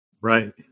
Right